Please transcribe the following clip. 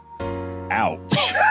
Ouch